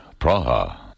Praha